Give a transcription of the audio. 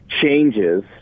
changes